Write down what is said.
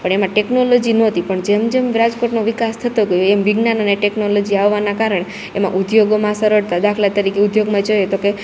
પણ એમાં ટેકોનોલોજી નોતી પણ જેમ જેમ રાજકોટનો વિકાસ થતો ગ્યો એમ વિજ્ઞાન અને ટેકનોલોજી આવવાના કારણે એમાં ઉધ્યોગોમાં સરળતા દાખલા તરીકે ઉધ્યોગમાં જોઈએ તોકે